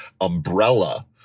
umbrella